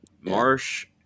Marsh